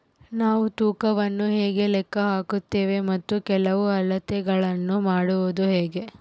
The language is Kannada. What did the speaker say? ನಾವು ತೂಕವನ್ನು ಹೇಗೆ ಲೆಕ್ಕ ಹಾಕುತ್ತೇವೆ ಮತ್ತು ಕೆಲವು ಅಳತೆಗಳನ್ನು ಮಾಡುವುದು ಹೇಗೆ?